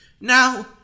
Now